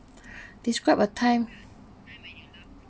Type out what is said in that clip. describe a time